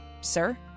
Sir